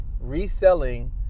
reselling